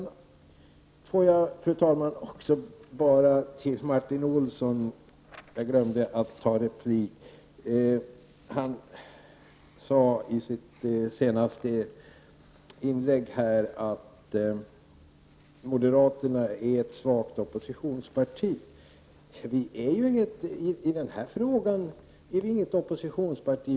Fru talman! Martin Olsson sade i sitt senaste inlägg att moderaterna är ett svagt oppositionsparti. Men i denna fråga är moderaterna inte något oppositionsparti.